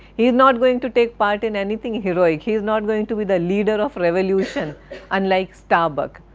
he is not going to take part in anything heroic. he is not going to be the leader of revolution unlike starbuck.